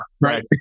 right